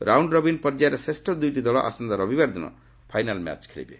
round robin ପର୍ଯ୍ୟାୟରେ ଶ୍ରେଷ୍ଠ ଦୁଇଟି ଦଳ ଆସନ୍ତା ରବିବାର ଦିନ ଫାଇନାଲ୍ ମ୍ୟାଚ୍ ଖେଳିବେ